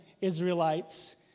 Israelites